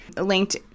linked